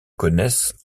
connaissent